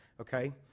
Okay